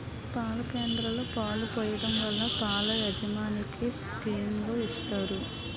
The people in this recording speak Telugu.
పాల కేంద్రంలో పాలు పోయడం వల్ల పాల యాజమనికి స్కీములు ఇత్తారు